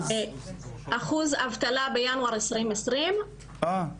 אחוז אבטלה בינואר 2020. אה,